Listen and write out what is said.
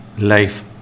life